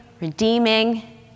redeeming